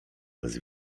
bez